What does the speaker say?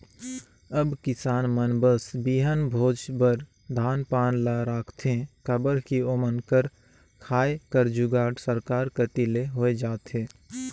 अब किसान मन बस बीहन भोज बर धान पान ल राखथे काबर कि ओमन कर खाए कर जुगाड़ सरकार कती ले होए जाथे